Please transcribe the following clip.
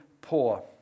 poor